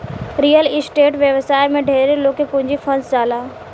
real estate व्यवसाय में ढेरे लोग के पूंजी फंस जाला